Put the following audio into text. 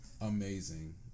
amazing